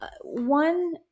one